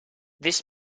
this